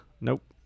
Nope